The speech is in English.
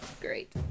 Great